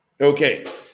okay